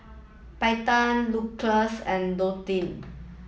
Payten Lucious and Dontae